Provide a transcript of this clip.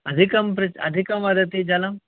अधिकं प्र् अधिकं वदति जलम्